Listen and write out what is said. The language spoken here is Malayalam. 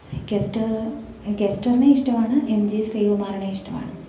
കെസ്റ്റർ കെസ്റ്ററിനെ ഇഷ്ടമാണ് എം ജി ശ്രീകുമാറിനെ ഇഷ്ടമാണ്